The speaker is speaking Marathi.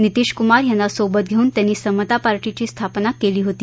नीतीश कुमार यांना सोबत घेऊन त्यांनी समता पार्टीची स्थापना केली होती